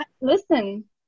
Listen